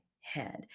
head